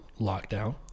lockdown